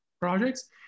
projects